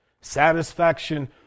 satisfaction